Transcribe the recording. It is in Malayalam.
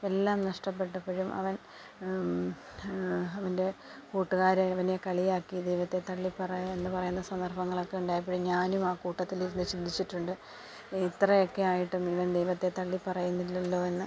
എല്ലാം നഷ്ടപ്പെട്ടപ്പോഴും അവൻ അവൻ്റെ കൂട്ടുകാർ അവനെ കളിയാക്കി ദൈവത്തെ തള്ളിപ്പറയ് എന്നു പറയുന്ന സന്ദർഭങ്ങളൊക്കെ ഉണ്ടായപ്പോഴും ഞാനും ആ കൂട്ടത്തിലിരുന്ന് ചിന്തിച്ചിട്ടുണ്ട് ഇത്രയൊക്കെ ആയിട്ടും ഇവൻ ദൈവത്തെ തള്ളിപ്പറയുന്നില്ലല്ലോ എന്ന്